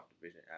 Division